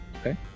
Okay